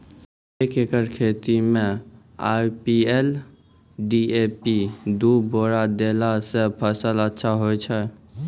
एक एकरऽ खेती मे आई.पी.एल डी.ए.पी दु बोरा देला से फ़सल अच्छा होय छै?